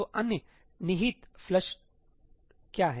तो अन्य निहित फ्लश क्या हैं